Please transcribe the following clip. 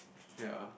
ya